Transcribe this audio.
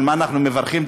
על מה אנחנו מברכים,